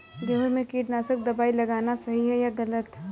गेहूँ में कीटनाशक दबाई लगाना सही है या गलत?